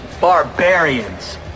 Barbarians